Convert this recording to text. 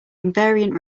invariant